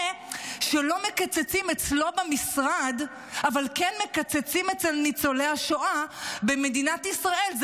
זה שלא מקצצים אצלו במשרד אבל כן מקצצים אצל ניצולי השואה במדינת ישראל,